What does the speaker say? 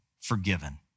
forgiven